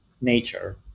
nature